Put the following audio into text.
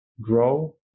grow